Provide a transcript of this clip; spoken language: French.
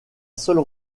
seule